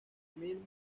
mil